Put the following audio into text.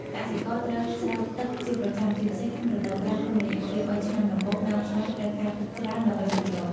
កសិករត្រូវស្រោចទឹកជាប្រចាំ ជាពិសេសក្នុងរដូវប្រាំង ក្នុងរយៈពេល ៣ ឆ្នាំដំបូង ដើមស្វាយត្រូវការទឹកច្រើនដើម្បីលូតលាស់។